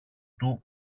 του